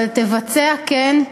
אבל תבצע, כן,